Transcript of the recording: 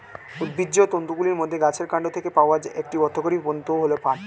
উদ্ভিজ্জ তন্তুগুলির মধ্যে গাছের কান্ড থেকে পাওয়া একটি অর্থকরী তন্তু হল পাট